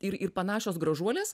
ir ir panašios gražuolės